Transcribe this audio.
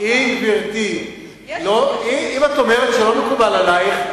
אם גברתי אומרת שלא מקובל עלייך,